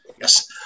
yes